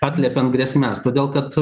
atliepiant grėsmes todėl kad